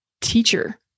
teacher